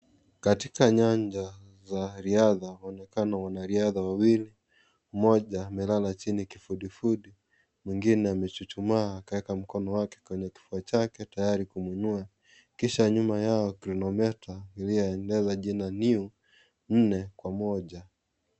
Katika nyanja za riadha kunaonekana wanariadha wawili, mmoja amelala chini kifudifudi mwengine amechuchumaa akaweka mkono wake kwenye kifua chake tayari kufunua kisha nyuma yao krinoveta iliyoeleza jina new pamoja.